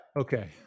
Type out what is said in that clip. okay